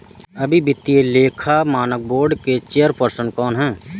अभी वित्तीय लेखा मानक बोर्ड के चेयरपर्सन कौन हैं?